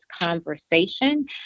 conversation